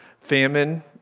famine